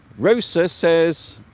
rosso says